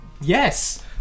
Yes